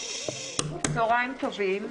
צהריים טובים.